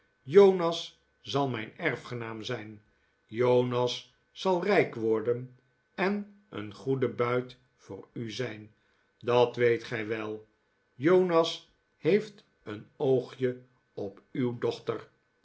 jonas zal mijn erfgenaam zijn jonas zal rijk worden en een goede buit voor u zijn dat weet gij wel jonas heeft een oogje op uw dochter